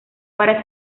para